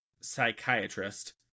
psychiatrist